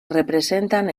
representan